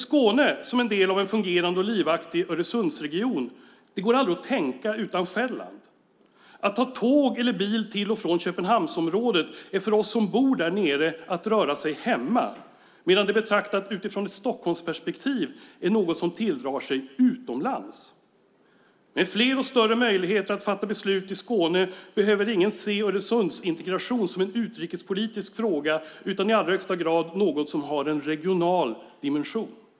Skåne som en del av en fungerande och livaktig Öresundsregion går aldrig att tänka utan Själland. Att ta tåg eller bil till och från Köpenhamnsområdet är för oss som bor där nere att röra sig "hemma", medan det betraktat utifrån ett Stockholmsperspektiv är något som tilldrar sig "utomlands". Med fler och större möjligheter att fatta beslut i Skåne behöver ingen se Öresundsintegrationen som en utrikespolitisk fråga, utan det är i allra högsta grad något som har en regional dimension.